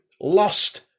lost